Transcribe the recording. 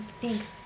thanks